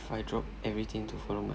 if I drop everything to follow my